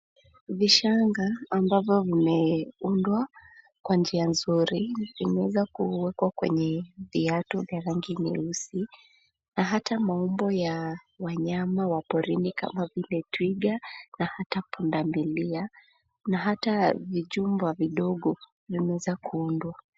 Vishanga ambavyo vimeundwa kwa njia nzuri vinaeza kewekwa kwenye viatu vya rangi nyeusi na hata maumbo ya wanyama wa porini kama vile twiga na hata pundamilia na hata vichumba vidogo vimeeza kuundwa.